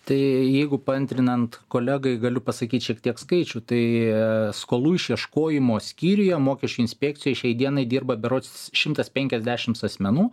tai jeigu paantrinant kolegai galiu pasakyt šiek tiek skaičių tai skolų išieškojimo skyriuje mokesčių inspekcijoj šiai dienai dirba berods šimtas penkiasdešimts asmenų